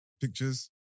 pictures